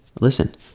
listen